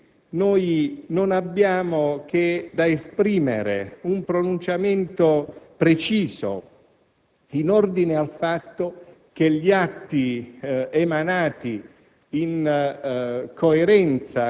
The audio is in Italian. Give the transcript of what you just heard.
In questo senso, quindi, non possiamo che esprimere un pronunciamento preciso in ordine al fatto che gli atti emanati